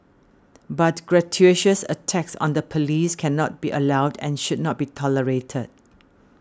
but gratuitous attacks on the police cannot be allowed and should not be tolerated